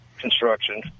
construction